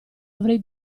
avrei